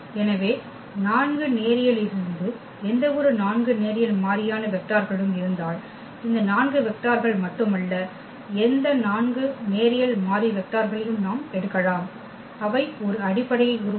எனவே 4 நேரியல் இலிருந்து எந்தவொரு 4 நேரியல் மாறியான வெக்டார்களும் இருந்தால் இந்த 4 வெக்டார்கள் மட்டுமல்ல எந்த 4 நேரியல் மாறி வெக்டார்களையும் நாம் எடுக்கலாம் அவை ஒரு அடிப்படையை உருவாக்கும்